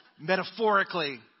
metaphorically